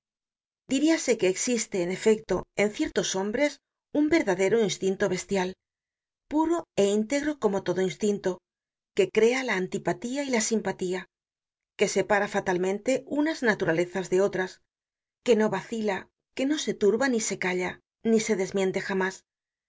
diríase que existe en efecto en ciertos hombres un verdadero instinto bestial puro é íntegro como todo instinto que crea la antipatía y la simpatía que separa fatalmente unas naturalezas de otras que no vacila que no se turba ni se calla ni se desmiente jamás